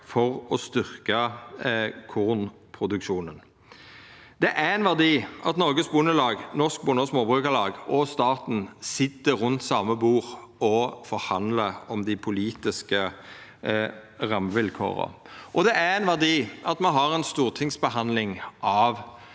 for å styrkja kornproduksjonen. Det er ein verdi at Norges Bondelag, Norsk Bondeog Småbrukarlag og staten sit rundt same bord og forhandlar om dei politiske rammevilkåra, og det er ein verdi at me har ei stortingsbehandling av